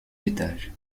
étages